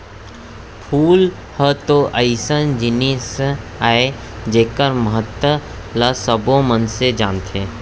फूल ह तो अइसन जिनिस अय जेकर महत्ता ल सबो मनसे जानथें